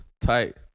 Tight